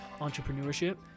entrepreneurship